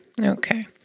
Okay